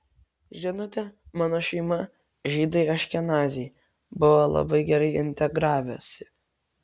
žinote mano šeima žydai aškenaziai buvo labai gerai integravęsi